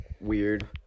weird